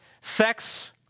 sex